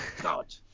God